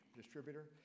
distributor